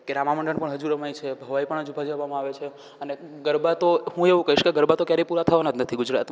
કે રામામંડળ પણ હજુ રમાય છે ભવાઈ પણ હજુ ભજવવામાં આવે છે અને ગરબા તો હું એવું કહીશ કે ગરબા તો ક્યારેય પૂરા થવાના જ નથી ગુજરાતમાં